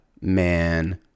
man